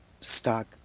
stock